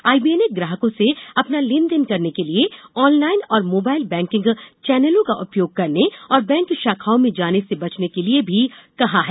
IBA ने ग्राहकों से अपना लेनदेन करने के लिए ऑनलाइन और मोबाइल बैंकिग चैनलों का उपयोग करने और बैंक शाखाओं में जाने से बचने के लिए भी कहा है